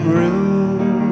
room